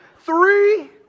three